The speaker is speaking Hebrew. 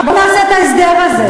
בוא נעשה את ההסדר הזה.